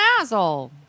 asshole